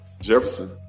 Jefferson